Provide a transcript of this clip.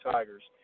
Tigers